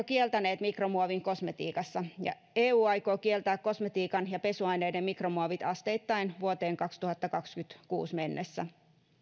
kieltäneet mikromuovin kosmetiikassa ja eu aikoo kieltää kosmetiikan ja pesuaineiden mikromuovit asteittain vuoteen kaksituhattakaksikymmentäkuusi mennessä